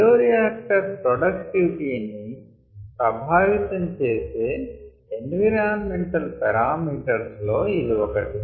bioreactor productivity ని ప్రభావితం చేసే ఎన్విరాన్మెంటల్ పారామీటర్స్ లో ఇది ఒకటి